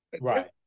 Right